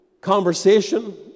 conversation